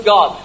God